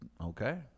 Okay